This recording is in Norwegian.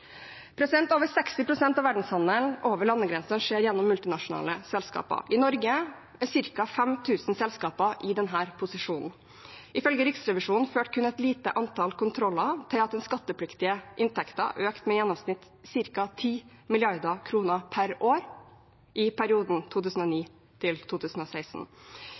Over 60 pst. av verdenshandelen over landegrensene skjer gjennom multinasjonale selskaper. I Norge er ca. 5 000 selskaper i denne posisjonen. Ifølge Riksrevisjonen førte kun et lite antall kontroller til at den skattepliktige inntekten økte med i gjennomsnitt ca. 10 mrd. kr per år i perioden